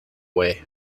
way